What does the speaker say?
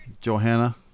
Johanna